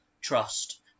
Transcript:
trust